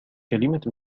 كلمة